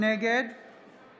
נגד